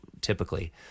typically